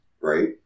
Right